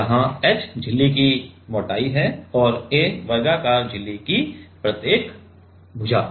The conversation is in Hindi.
जहां h झिल्ली की मोटाई है और a वर्गाकार झिल्ली की प्रत्येक भुजा